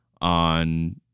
on